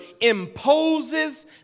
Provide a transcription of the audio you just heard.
imposes